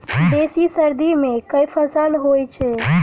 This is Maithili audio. बेसी सर्दी मे केँ फसल होइ छै?